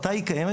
מתי היא קיימת?